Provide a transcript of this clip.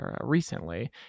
recently